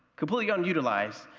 completely unutilized.